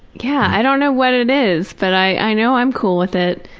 yeah. i don't know what it is but i know i'm cool with it.